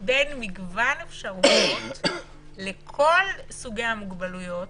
בין מגוון אפשרויות, לכל סוגי המוגבלויות,